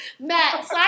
Matt